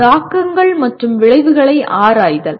தாக்கங்கள் மற்றும் விளைவுகளை ஆராய்தல்